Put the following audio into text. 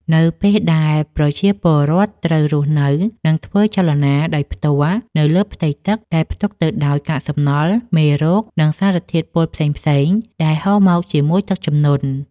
នៅពេលដែលប្រជាពលរដ្ឋត្រូវរស់នៅ និងធ្វើចលនាដោយផ្ទាល់នៅលើផ្ទៃទឹកដែលផ្ទុកទៅដោយកាកសំណល់ មេរោគ និងសារធាតុពុលផ្សេងៗដែលហូរមកជាមួយទឹកជំនន់។